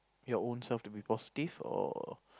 your own self to be positive or